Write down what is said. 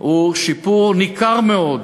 היא שיפור ניכר מאוד